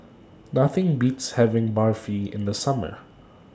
Nothing Beats having Barfi in The Summer